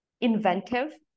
inventive